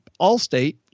Allstate